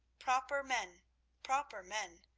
proper men proper men,